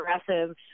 aggressive